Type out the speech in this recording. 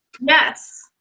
Yes